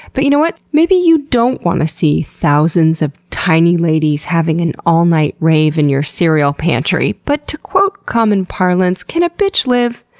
but you know what? maybe you don't want to see thousands of tiny ladies having an all-night rave in your cereal pantry, but to quote common parlance, can a bitch live?